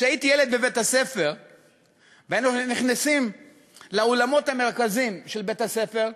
כשהייתי ילד בבית-הספר והיינו נכנסים לאולמות המרכזיים של בית-הספר,